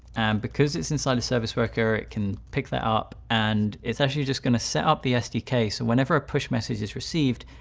and because it's inside a service worker, it can pick that up and it's actually just going to set up the sdk. so whenever a push message is received,